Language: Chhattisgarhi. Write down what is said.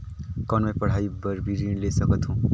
कौन मै पढ़ाई बर भी ऋण ले सकत हो?